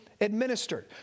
administered